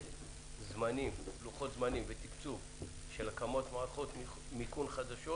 לגבי לוחות זמנים ותקצוב של הקמת מערכות מיכון או